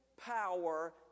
power